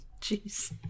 jeez